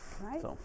right